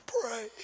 pray